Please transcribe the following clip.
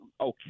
okay